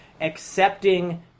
accepting